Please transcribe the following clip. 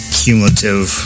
cumulative